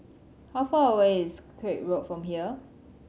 how far away is Craig Road from here